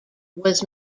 was